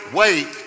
wait